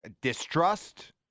distrust